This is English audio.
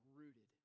rooted